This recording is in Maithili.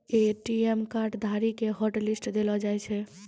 ए.टी.एम कार्ड धारी के हॉटलिस्ट देलो जाय छै